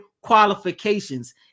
qualifications